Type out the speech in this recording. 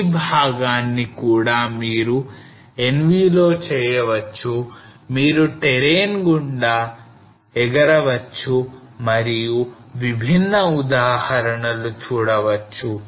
ఈ భాగాన్ని కూడా మీరు NV లో చేయవచ్చు మీరు terrain గుండా ఎగరవచ్చు మరియు విభిన్న ఉదాహరణలు చూడవచ్చు